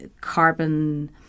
carbon